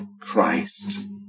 Christ